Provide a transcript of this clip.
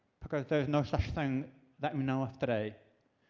because there is no such thing that we know of today.